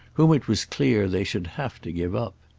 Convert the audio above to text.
whom it was clear they should have to give up.